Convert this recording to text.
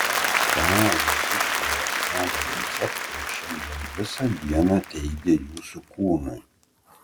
ką jūsiškiai ląstelių receptoriai šiandien visą dieną teigė jūsų kūnui